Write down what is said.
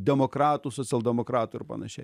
demokratų socialdemokratų ir panašiai